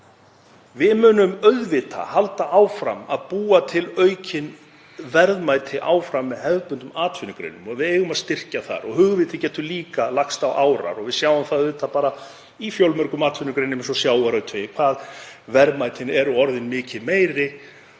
Við munum auðvitað halda áfram að búa til aukin verðmæti með hefðbundnum atvinnugreinum og við eigum að styrkja þær og hugvitið getur líka lagst á árar í því. Við sjáum það bara í fjölmörgum atvinnugreinum eins og í sjávarútvegi hvað verðmætin eru orðin miklu meiri